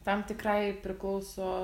tam tikrai priklauso